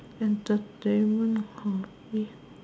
entertainment hor me